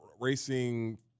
Racing